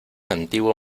antiguo